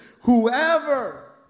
Whoever